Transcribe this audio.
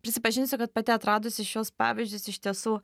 prisipažinsiu kad pati atradusi šiuos pavyzdžius iš tiesų